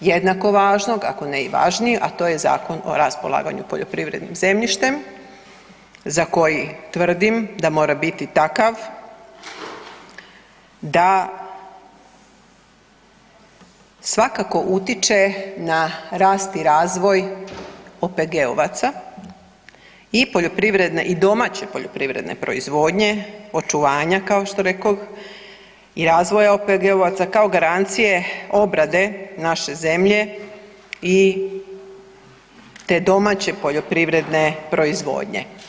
jednako važnog ako ne i važniji, a to je Zakon o raspolaganju poljoprivrednim zemljištem za koji tvrdim da mora biti takav da svakako utiče na rast i razvoj OPG-ovaca i poljoprivredne, domaće poljoprivredne proizvodnje, očuvanja kao što rekoh i razvoja OPG-ovaca kao garancije obrade naše zemlje, te domaće poljoprivredne proizvodnje.